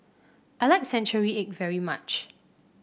I like Century Egg very much